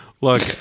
Look